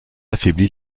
affaibli